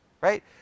Right